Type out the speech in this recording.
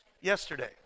yesterday